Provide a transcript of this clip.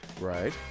Right